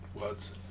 words